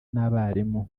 n’abarimu